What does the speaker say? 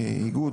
איגוד,